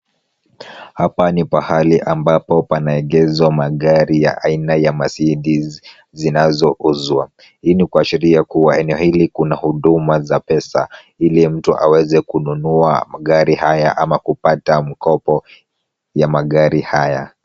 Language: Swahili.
Hapa ni pahali ambapo panaegeshwa magari ya aina ya Mercedes zinazouzwa. Hii ni kuashiria kuwa eneo hili kuna huduma za pesa ili mtu aweze kununua magari haya ama kupata mkopo ya magari haya.